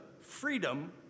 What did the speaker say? freedom